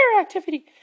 activity